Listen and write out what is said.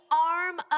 arm